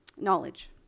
knowledge